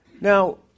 Now